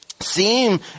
seem